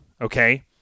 okay